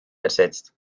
ersetzt